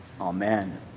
Amen